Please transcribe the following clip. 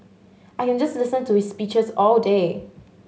I can just listen to his speeches all day